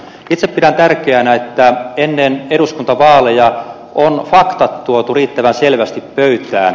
itse pidän tärkeänä että ennen eduskuntavaaleja on faktat tuotu riittävän selvästi pöytään